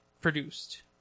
produced